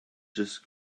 just